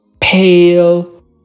pale